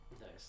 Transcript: Nice